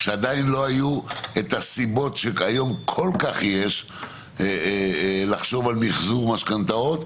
כשעדיין לא היו הסיבות שהיום יש לחשוב על מחזור משכנתאות,